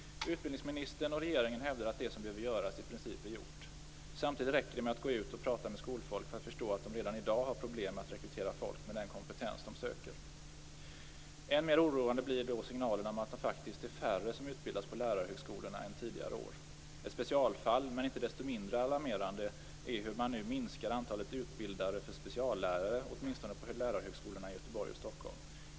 Utbildningsministern och regeringen hävdar att det som behöver göras i princip är gjort. Samtidigt räcker det med att gå ut och prata med skolfolk för att förstå att man redan i dag har problem med att rekrytera folk med den kompetens som man söker. Än mer oroande blir signalerna om att det faktiskt utbildas färre på lärarhögskolorna än tidigare år. Ett specialfall - men ändå inte mindre alarmerande - är att man nu minskar antalet utbildade speciallärare, åtminstone vid lärarhögskolorna i Göteborg och Stockholm.